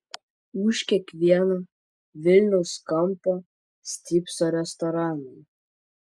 už kiekvieno vilniaus kampo stypso restoranai